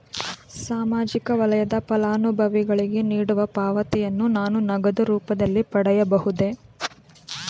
ಸಾಮಾಜಿಕ ವಲಯದ ಫಲಾನುಭವಿಗಳಿಗೆ ನೀಡುವ ಪಾವತಿಯನ್ನು ನಾನು ನಗದು ರೂಪದಲ್ಲಿ ಪಡೆಯಬಹುದೇ?